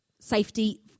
safety